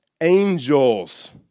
angels